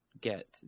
get